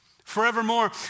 forevermore